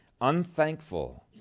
unthankful